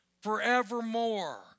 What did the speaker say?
forevermore